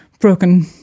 broken